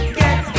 get